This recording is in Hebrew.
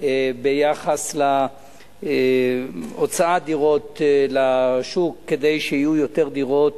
ביחס להוצאת דירות לשוק, כדי שיהיו יותר דירות,